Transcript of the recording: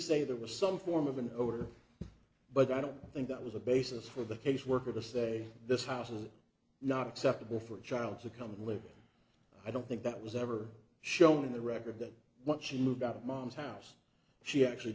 say there was some form of an odor but i don't think that was a basis for the caseworker to say this house is not acceptable for a child to come and live i don't think that was ever shown in the record that what she moved out of mom's house she actually